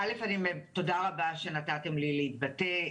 א', תודה רבה שנתתם לי להתבטא.